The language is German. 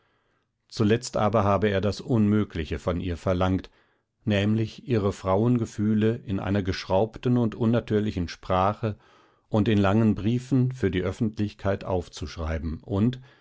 zuletzt aber habe er das unmögliche von ihr verlangt nämlich ihre frauengefühle in einer geschraubten und unnatürlichen sprache und in langen briefen für die öffentlichkeit aufzuschreiben und